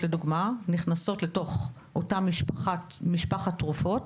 לדוגמה נכנסות לתוך אותה משפחת תרופות,